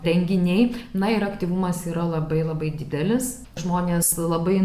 renginiai na ir aktyvumas yra labai labai didelis žmonės labai